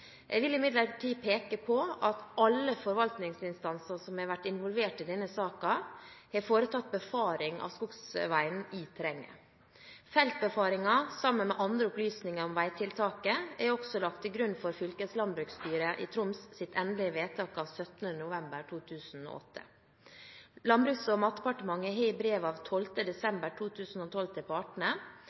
Jeg vil imidlertid peke på at alle forvaltningsinstanser som har vært involvert i denne saken, har foretatt befaring av skogsveien i terrenget. Feltbefaringer sammen med andre opplysninger om veitiltaket er også lagt til grunn for fylkeslandbruksstyret i Troms’ endelige vedtak av 17. november 2008. Landbruks- og matdepartementet har i brev av 12. desember 2012 til partene